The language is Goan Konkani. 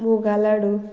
मुगा लाडू